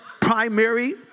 primary